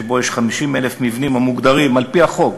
שבו יש 50,000 מבנים המוגדרים על-פי החוק